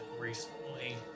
recently